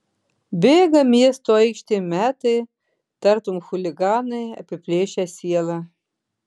bėga miesto aikštėm metai tartum chuliganai apiplėšę sielą